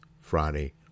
Friday